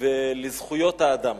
ולזכויות האדם.